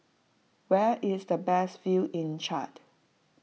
where is the best view in Chad